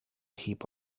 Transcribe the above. heap